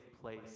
place